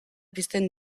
pizten